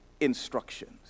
instructions